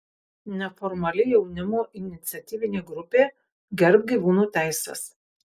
neformali jaunimo iniciatyvinė grupė gerbk gyvūnų teises